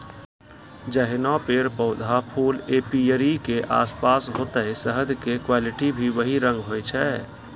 जैहनो पेड़, पौधा, फूल एपीयरी के आसपास होतै शहद के क्वालिटी भी वही रंग होय छै